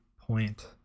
point